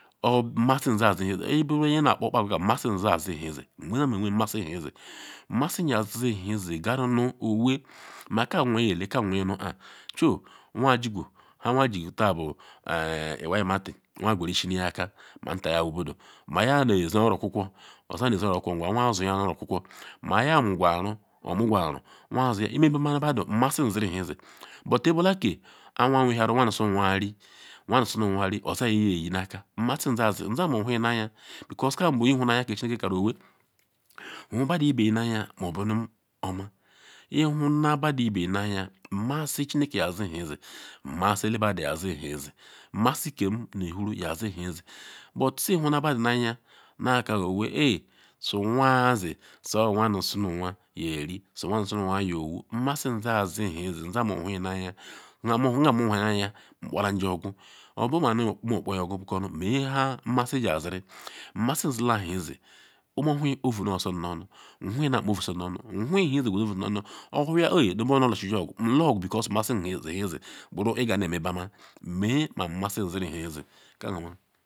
O’ nmasi za ziri hezi iburu nye nakpa agwa ke nmasiyaziri hezi nyeme we nmasi nu hezi nmazi yazi hezi qaru nu owee maka bu nwo yele ka bu nwo nye nuka choi nwa jiqor nha anwa jigor taa bu hala iwai mati anwa qweru yesineya aka nu budu ma yaleze oro okwukwo one zioro okwukwu nja ma ya suya mu oro-okwu kwo maya mugu aru muqor aru anwa zuya me be badu nmasi zinhe hezi but bula ke anwa wenhiaruanwa nu sunu ri wan sunu ri oza nye yena aka nmasi zazi zanu huyi anya because ka bu ihuna anya ke chineke karu owee hubaduibe nu anya mia bule oma ihuna badu ibe anya nmasi chineke yazi hezi nmasi elebadu yazi hezi nmasi kem nuihuru yazi hezi but se ihuna badu naanya naka owee aayi su nwazi owu anwa nu sunu nwa yeri sunu anwa nu su anwa iyowu nmasi zaazi hezi nzam ihunaanya nu nha ma huna aa anya nkpole ke ogor obuma me yokpo oyor me ha nmasiziri nmasi zila nu hezi nzohu ovu nsu nu onu ihuyi na akpa ovu nu su ihuyi he iqizo nunzo na ama na ha be nu oluziowwu nluoqwu because nmazi zihezi buru kpo iqa neme bama mee ma nmasi ziri hezi.